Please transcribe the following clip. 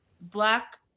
black